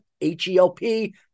H-E-L-P